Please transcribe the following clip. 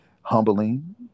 humbling